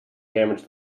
damaged